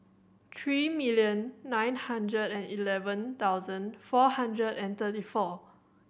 three million nine hundred and eleven thousand four hundred and thirty four